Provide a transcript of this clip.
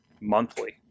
Monthly